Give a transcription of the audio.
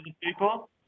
people